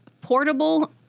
portable